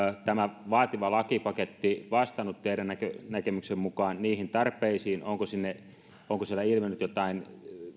tämä vaativa lakipaketti vastannut teidän näkemyksenne mukaan niihin tarpeisiin onko siellä ilmennyt jotain